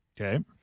Okay